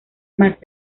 más